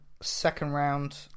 second-round